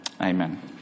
amen